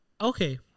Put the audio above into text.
Okay